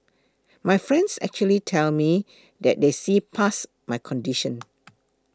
my friends actually tell me that they see past my condition